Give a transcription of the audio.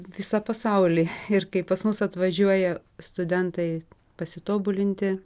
visą pasaulį ir kai pas mus atvažiuoja studentai pasitobulinti